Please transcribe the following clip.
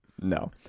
No